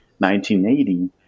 1980